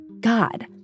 God